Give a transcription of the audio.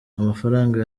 amafaranga